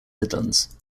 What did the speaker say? midlands